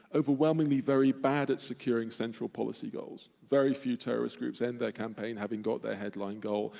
overwhelmingly very bad at securing central policy goals. very few terrorist groups end their campaign having got their headline goal.